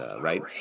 Right